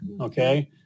okay